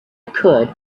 could